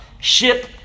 ship